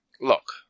Look